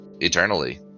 eternally